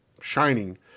shining